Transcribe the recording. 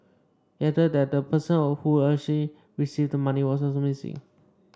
he added that the person who received the money was also missing